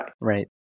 Right